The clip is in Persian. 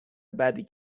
بدی